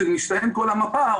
כשמסתיימת כל המפה,